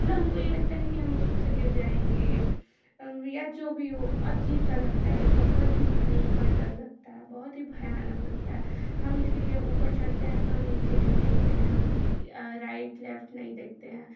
मतलब हमको ये लगता है कि उस पे से हम गिर जायेंगे या जो भी हो अजीब सा लगता है बहुत ही भयंकर डर लगता है बहुत ही भयानक लगता है हम इसीलिए ऊपर चढ़ते हैं तो हम नीचे नहीं देखते हैं राइट लेफ्ट नहीं देखते हैं